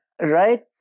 right